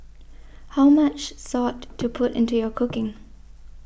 how much salt to put into your cooking